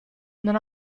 non